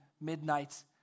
midnight